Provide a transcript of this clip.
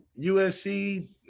USC